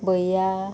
भैया